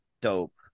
Dope